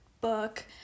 book